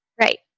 right